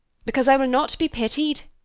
because i will not be pitied!